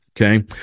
Okay